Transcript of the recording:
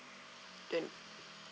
twenty